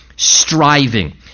striving